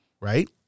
right